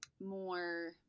more –